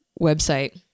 website